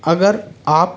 अगर आप